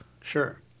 Sure